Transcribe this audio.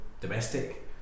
domestic